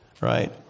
right